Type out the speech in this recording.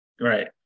Right